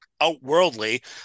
outworldly